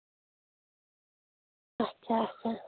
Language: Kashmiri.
اچھا اچھا